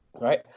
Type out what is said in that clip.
Right